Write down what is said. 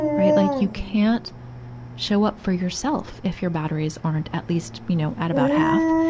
right. like you can't show up for yourself if your batteries aren't at least, you know, at about half.